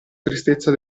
tristezza